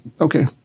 okay